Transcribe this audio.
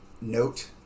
note